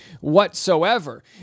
whatsoever